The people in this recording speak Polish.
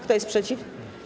Kto jest przeciw?